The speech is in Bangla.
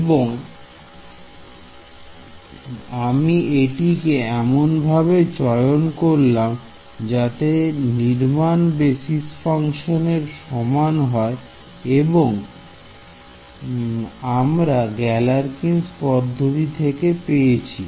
এবং আমি এটিকে এমনভাবে চয়ন করলাম যাতে নির্মাণ বেসিস ফাংশনের সমান হয় যা আমরা গ্যালারকিমস পদ্ধতি থেকে পেয়েছি